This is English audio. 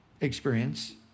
experience